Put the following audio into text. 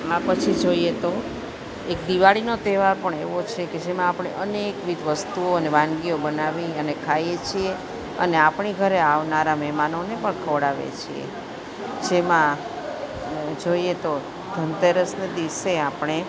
આ પછી જોઈએ તો એક દિવાળીનો તહેવાર પણ એવો છે કે જેમાં આપણે અનેકવિધ વસ્તુઓ અને વાનગીઓ બનાવી અને ખાઈએ છીએ અને આપણી ઘરે આવનારા મહેમાનોને પણ ખવડાવીએ છીએ જેમાં જોઈએ તો ધનતેસરને દિવસે આપણે